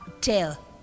tell